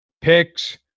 picks